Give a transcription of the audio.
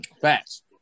Facts